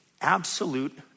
absolute